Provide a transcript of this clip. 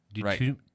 Right